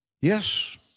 Yes